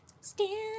Stand